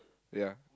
ya